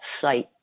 site